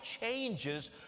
changes